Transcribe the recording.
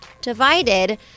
divided